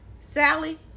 Sally